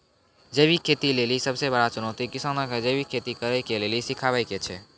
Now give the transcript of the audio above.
जैविक खेती लेली सबसे बड़का चुनौती किसानो के जैविक खेती करे के लेली सिखाबै के छै